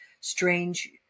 strange